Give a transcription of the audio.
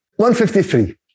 153